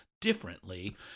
differently